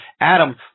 Adam